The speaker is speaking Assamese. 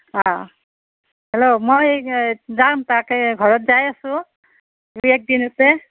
হেল্ল' মই যাম তাকে ঘৰত যাই আছোঁ দুই এক দিনতে